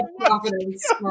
confidence